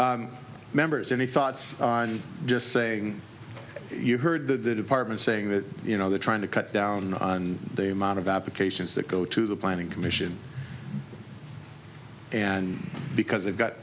for members any thoughts on just saying you heard the department saying that you know they're trying to cut down on the amount of applications that go to the planning commission and because they've got